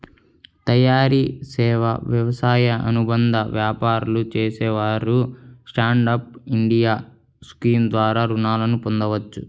తయారీ, సేవా, వ్యవసాయ అనుబంధ వ్యాపారాలు చేసేవారు స్టాండ్ అప్ ఇండియా స్కీమ్ ద్వారా రుణాలను పొందవచ్చు